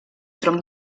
tronc